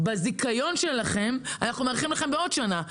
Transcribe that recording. בזיכיון שלכם אנחנו מאריכים לכם בעוד שנה,